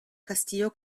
castillo